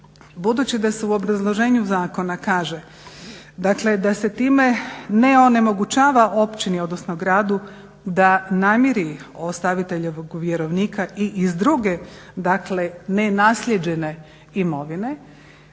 budući da se u obrazloženju zakona kaže dakle da se time ne onemogućava općini odnosno gradu da namiri ostaviteljevog vjerovnika i iz druge dakle nenaslijeđene imovine,